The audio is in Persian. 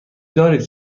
دارید